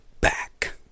back